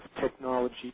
technology